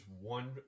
one